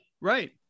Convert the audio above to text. Right